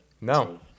No